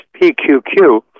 PQQ